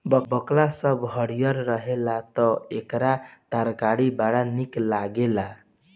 बकला जब हरिहर रहेला तअ एकर तरकारी बड़ा निक लागेला